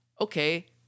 okay